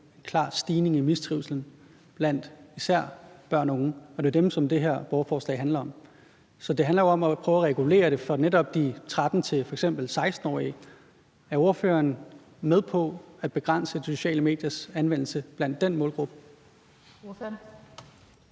en klar stigning i mistrivslen blandt især børn og unge, og det er jo dem, som det her borgerforslag handler om. Så det handler om at prøve at regulere det for netop de f.eks. 13-16-årige. Er ordføreren med på at begrænse de sociale mediers anvendelse blandt den målgruppe?